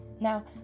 Now